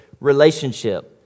relationship